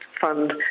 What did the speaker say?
fund